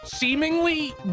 Seemingly